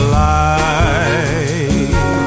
light